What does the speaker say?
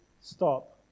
stop